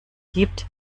gibt